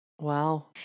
Wow